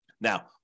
Now